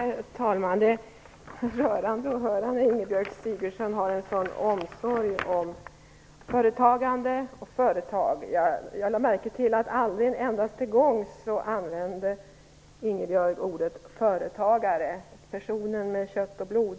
Herr talman! Det är rörande att höra att Ingibjörg Sigurdsdóttir har en sådan omsorg om företagande och företag. Jag lade märke till att hon inte använde ordet företagare - en person av kött och blod